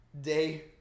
day